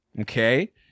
okay